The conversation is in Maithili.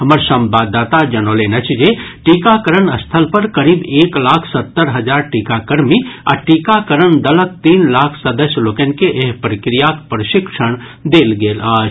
हमर संवाददाता जनौलनि अछि जे टीकाकरण स्थल पर करीब एक लाख सत्तर हजार टीकाकर्मी आ टीकाकरण दलक तीन लाख सदस्य लोकनि के एहि प्रक्रियाक प्रशिक्षण देल गेल अछि